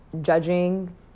judging